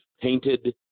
painted